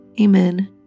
Amen